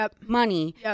money